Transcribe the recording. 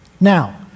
now